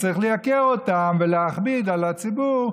צריך לייקר אותם ולהכביד על הציבור,